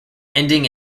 ending